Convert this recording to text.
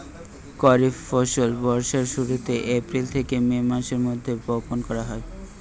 খরিফ ফসল বর্ষার শুরুতে, এপ্রিল থেকে মে মাসের মধ্যে বপন করা হয়